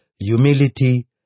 humility